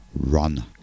Run